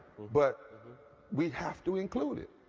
but we have to include it.